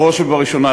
בראש ובראשונה,